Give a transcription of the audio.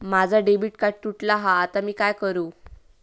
माझा debit card तुटला हा आता मी काय करू?